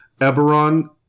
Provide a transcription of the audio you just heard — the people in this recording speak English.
Eberron